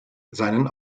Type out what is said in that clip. seinen